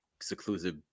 seclusive